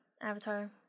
Avatar